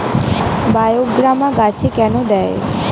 বায়োগ্রামা গাছে কেন দেয়?